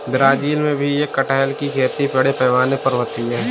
Brazil में भी कटहल की खेती बड़े पैमाने पर होती है